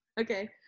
okay